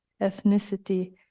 ethnicity